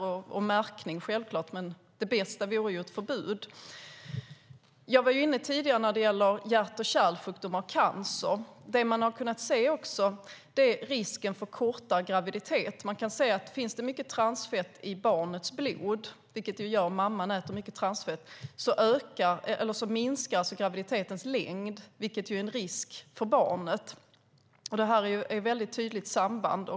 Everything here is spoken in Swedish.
Självklart vore märkning bra, men det bäste vore ett förbud. Jag var tidigare inne på hjärt och kärlsjukdomar och cancer. Det man också har kunnat se är att det finns risk för kortare graviditet. Man kan se att graviditetens längd minskar om det finns mycket transfett i barnets blod, vilket det gör om mamman äter mycket transfett. Det innebär ju en risk för barnet. Det här är ett tydligt samband.